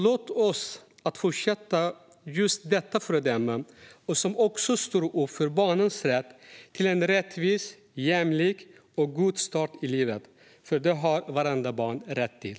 Låt oss fortsätta att vara just detta föredöme, som står upp för barnens rätt till en rättvis, jämlik och god start i livet. För detta har vartenda barn rätt till.